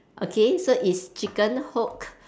okay so it's chicken hook